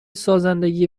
سازندگی